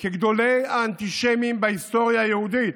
כגדולי האנטישמים בהיסטוריה היהודית